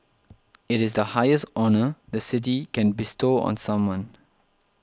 it is the highest honour the City can bestow on someone